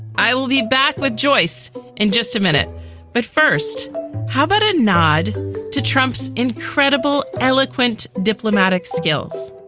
i will be back with joyce in just a minute but first how about a nod to trump's incredible eloquent diplomatic skills